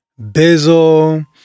Bizzle